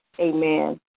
Amen